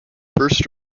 first